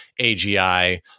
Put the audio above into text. AGI